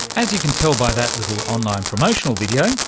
as you can tell by that little online promotional video,